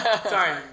Sorry